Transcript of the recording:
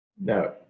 No